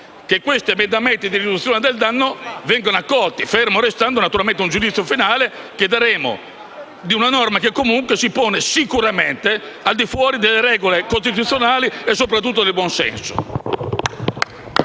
che questi emendamenti di riduzione del danno vengano accolti, fermo restando un giudizio finale che esprimeremo su una norma che comunque si pone sicuramente al di fuori delle regole costituzionali e soprattutto del buonsenso.